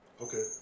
Okay